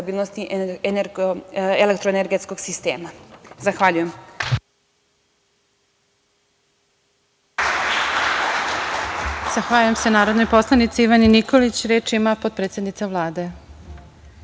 stabilnosti elektroenergetskog sistema. Zahvaljujem.